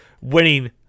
winning